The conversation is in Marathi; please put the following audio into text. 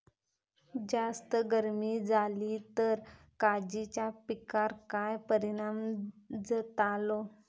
जास्त गर्मी जाली तर काजीच्या पीकार काय परिणाम जतालो?